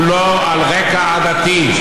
הן לא על רקע עדתי,